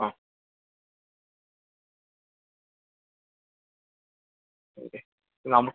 ആ ശരി നമ